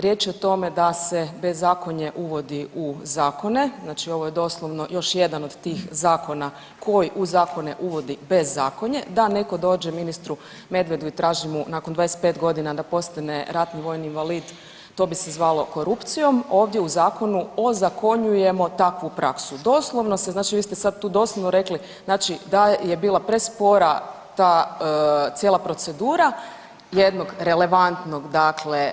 Riječ je o tome da se bezakonje uvodi u zakone, znači ovo je doslovno još jedan od tih zakona koji u zakone uvodi bezakonje, da netko dođe ministru Medvedu i traži mu nakon 25 godina da postane ratni vojni invalid, to bi se zvalo korupcijom, ovdje u Zakonu ozakonjujemo takvu praksu, doslovno se, znači vi ste sad tu doslovno rekli, znači da je bila prespora ta cijela procedura jednog relevantnog dakle